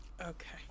okay